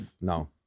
no